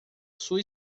sua